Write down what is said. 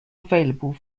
available